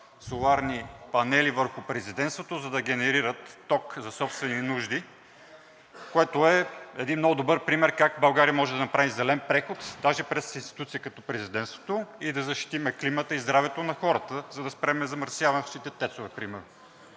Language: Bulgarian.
соларни панели върху Президентството, за да генерират ток за собствени нужди. Това е един много добър пример как България може да направи зелен преход, даже през институции като Президентството, и да защитим климата и здравето на хората, за да спрем замърсяването с тецовете примерно.